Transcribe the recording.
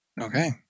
Okay